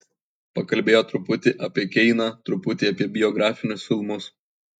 pakalbėjo truputį apie keiną truputį apie biografinius filmus